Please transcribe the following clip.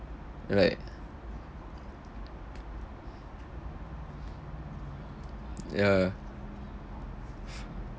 like ya